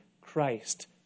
Christ